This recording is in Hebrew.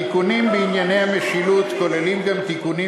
התיקונים בענייני המשילות כוללים גם תיקונים